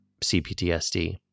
CPTSD